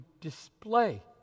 display